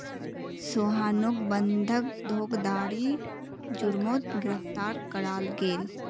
सोहानोक बंधक धोकधारी जुर्मोत गिरफ्तार कराल गेल